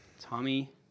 tommy